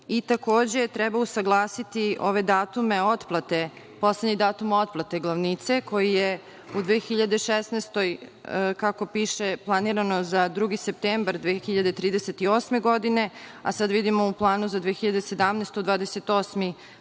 EU.Takođe, treba usaglasiti ove datume otplate, poslednji datum otplate glavnice koji je u 2016. godini, kako piše planirano za 2. septembar 2038. godine, a sada vidimo u ovom planu za 2017. godinu